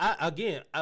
again